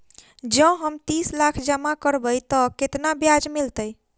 जँ हम तीस लाख जमा करबै तऽ केतना ब्याज मिलतै?